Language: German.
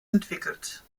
entwickelt